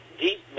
deep